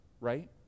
right